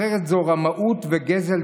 אחרת, זו רמאות וגזל